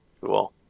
Cool